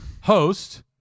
host